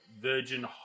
Virgin